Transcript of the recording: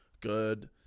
good